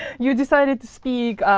you decided to speak.